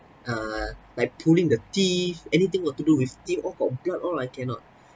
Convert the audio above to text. err like pulling the teeth anything got to do with teeth all got blood all I cannot